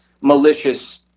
malicious